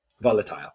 volatile